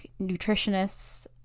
nutritionists